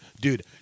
dude